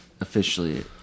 officially